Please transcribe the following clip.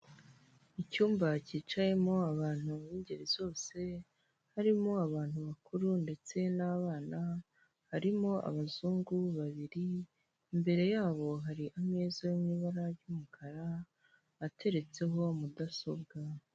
Icyumba kicayemo abantu b'ingeri zose harimo abantu bakuru ndetse n'abana, harimo abazungu babiri, imbere yabo hari ameza yo mu ibara ry'umukara ateretseho mudasobwa.